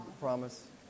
promise